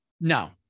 No